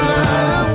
love